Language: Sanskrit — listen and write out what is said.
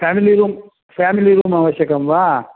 फ़ेमिलि रूम् फ़ेमिलि रूम् आवश्यकं वा